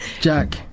Jack